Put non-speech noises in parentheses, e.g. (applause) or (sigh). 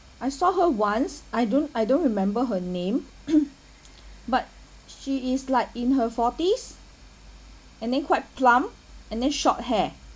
I saw her once I don't I don't remember her name (noise) but she is like in her forties and then quite plump and then short hair